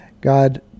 God